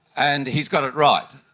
and he's got it right.